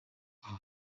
are